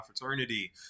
fraternity